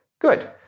Good